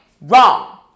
Wrong